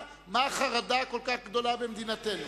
מה החרדה הכל כך גדולה במדינתנו?